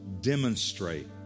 demonstrate